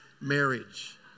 marriage